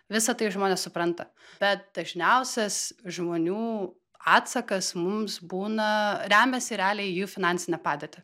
visa tai žmonės supranta bet dažniausias žmonių atsakas mums būna remiasi realiai į jų finansinę padėtį